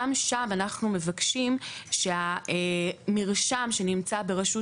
גם שם אנחנו מבקשים שהמרשם שנמצא ברשות